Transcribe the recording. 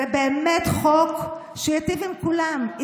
זה באמת חוק שייטיב עם כולם.